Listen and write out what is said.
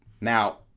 Now